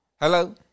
Hello